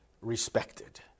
respected